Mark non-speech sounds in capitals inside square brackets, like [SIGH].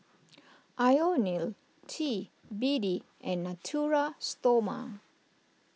[NOISE] Ionil T B D and Natura Stoma